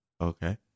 Okay